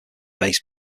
bass